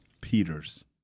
Peters